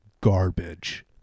garbage